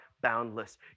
boundless